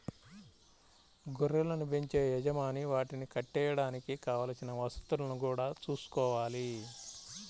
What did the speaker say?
గొర్రెలను బెంచే యజమాని వాటిని కట్టేయడానికి కావలసిన వసతులను గూడా చూసుకోవాలి